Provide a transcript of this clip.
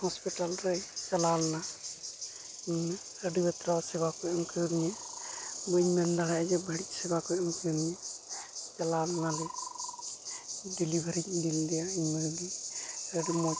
hospital ᱞᱮ ᱪᱟᱞᱟᱣ ᱞᱮᱱᱟ ᱟᱹᱰᱤ ᱵᱟᱛᱨᱟᱣ ᱥᱮᱵᱟᱠᱚ ᱮᱢᱠᱟᱣᱫᱤᱧᱟᱹ ᱵᱟᱹᱧ ᱢᱮᱱ ᱫᱟᱲᱮᱭᱟᱜᱼᱟ ᱡᱮ ᱵᱟᱹᱲᱤᱡ ᱥᱮᱵᱟᱠᱚ ᱮᱢᱠᱟᱣᱫᱤᱧᱟᱹ ᱪᱟᱞᱟᱣ ᱞᱮᱱᱟᱞᱮ ᱰᱮᱞᱤᱵᱷᱟᱹᱨᱤᱧ ᱤᱫᱤ ᱞᱤᱫᱤᱭᱟ ᱤᱧᱼᱢᱟᱹᱭᱜᱮ ᱟᱹᱰᱤ ᱢᱚᱡᱽ